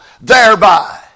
thereby